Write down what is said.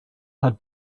had